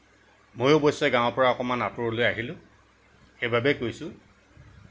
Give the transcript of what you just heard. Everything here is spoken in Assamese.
ময়ো অৱশ্যে গাঁৱ ৰ পৰা অলপ আড়তৰলৈ আহিলোঁ সেইবাবে কৈছোঁ